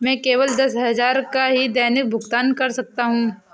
मैं केवल दस हजार का ही दैनिक भुगतान कर सकता हूँ